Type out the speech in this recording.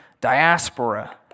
diaspora